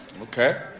Okay